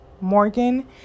morgan